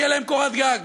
שתהיה להם קורת גג.